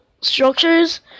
structures